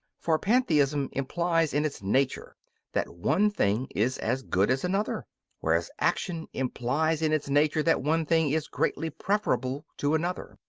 for pantheism implies in its nature that one thing is as good as another whereas action implies in its nature that one thing is greatly preferable to another.